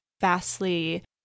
vastly